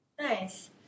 nice